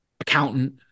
accountant